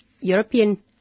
European